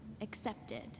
accepted